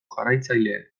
jarraitzaileen